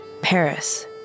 Paris